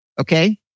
okay